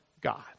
God